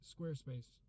Squarespace